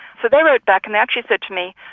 so they wrote back and actually said to me,